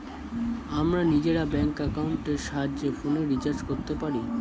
আমরা নিজেরা ব্যাঙ্ক অ্যাকাউন্টের সাহায্যে ফোনের রিচার্জ করতে পারি